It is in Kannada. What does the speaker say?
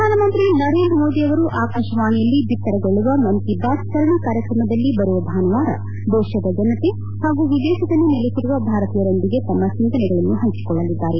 ಪ್ರಧಾನಮಂತ್ರಿ ನರೇಂದ್ರ ಮೋದಿ ಅವರು ಆಕಾಶವಾಣಿಯಲ್ಲಿ ಬಿತ್ತರಗೊಳ್ಳುವ ಮನ್ ಕಿ ಬಾತ್ ಸರಣಿ ಕಾರ್ಯಕ್ರಮದಲ್ಲಿ ಬರುವ ಭಾನುವಾರ ದೇಶದ ಜನತೆ ಹಾಗೂ ವಿದೇಶದಲ್ಲಿ ನೆಲಸಿರುವ ಭಾರತೀಯರೊಂದಿಗೆ ತಮ್ಮ ಚಿಂತನೆಗಳನ್ನು ಪಂಚಕೊಳ್ಳಲಿದ್ದಾರೆ